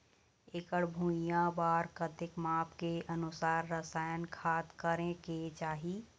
एकड़ भुइयां बार कतेक माप के अनुसार रसायन खाद करें के चाही?